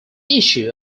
issue